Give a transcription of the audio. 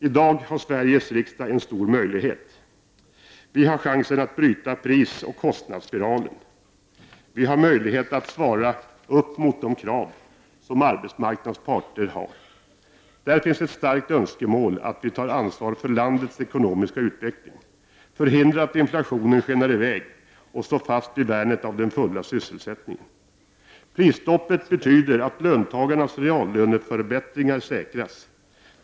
I dag har Sveriges riksdag en stor möjlighet. Vi har chansen att bryta prisoch kostnadsspiralen. Vi har möjlighet att svara mot de krav som arbetsmarknadens parter har. Där finns ett starkt önskemål att vi tar ansvar för landets ekonomiska utveckling, förhindrar att inflationen skenar i väg och står fast vid värnet av den fulla sysselsättningen. Prisstoppet betyder att löntagarnas reallöneförbättringar säkras.